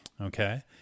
Okay